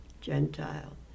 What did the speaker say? Gentile